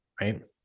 right